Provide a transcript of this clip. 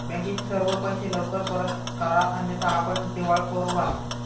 बँकेचे सर्व पैसे लवकर परत करा अन्यथा आपण दिवाळखोर व्हाल